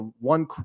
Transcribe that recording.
one